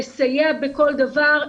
לסייע בכל דבר.